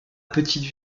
petite